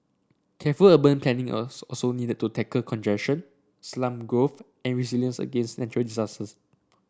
careful urban planning was also needed to tackle congestion slum growth and resilience against natural disasters